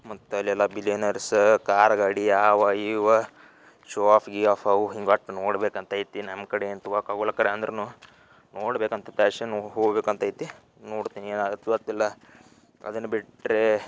ಮತ್ತು ಅಲ್ಲೆಲ್ಲ billionaires car ಗಾಡಿ ಅವು ಇವು ಶೋ ಆಫ್ ಗೀಆಫ್ ಅವು ಹಿಂಗೆ ಒಟ್ಟು ನೋಡಬೇಕಂತೈತಿ ನಮ್ಮ ಕಡೆಯಂತೂ ಹೋಗೋಕಾಗೋಲ್ಲ ಕರೆ ಅಂದ್ರು ನೋಡಬೇಕಂತ ಪ್ಯಾಷನ್ನು ಹೋಗಬೇಕಂತ ಐತಿ ನೋಡ್ತೀನಿ ಏನಾಗತ್ತೆ ಗೊತ್ತಿಲ್ಲ ಅದನ್ನು ಬಿಟ್ರೆ